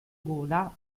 gola